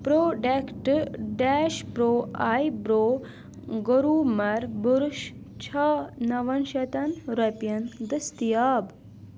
product Dash Pro eyebrow groomer brush چھا نون شیٚتن رۄپین دٔستِیاب